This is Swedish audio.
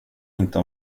inte